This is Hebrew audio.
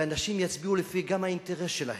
ואנשים יצביעו לפי גם האינטרס שלהם,